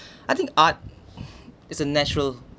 I think art is a natural